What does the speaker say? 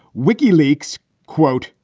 wikileaks, quote,